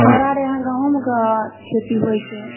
हमरा आर एहाँ गहूँम कऽ खेती होयत छै